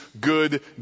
good